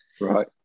Right